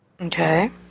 Okay